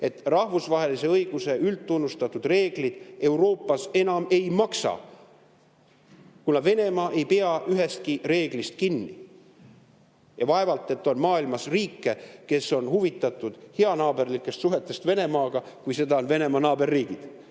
et rahvusvahelise õiguse üldtunnustatud reeglid Euroopas enam ei maksa, kuna Venemaa ei pea ühestki reeglist kinni. Ja vaevalt on maailmas riike, kes on huvitatud heanaaberlikest suhetest Venemaaga rohkem, kui seda on Venemaa naaberriigid.